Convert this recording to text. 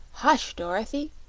hush, dorothy,